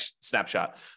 snapshot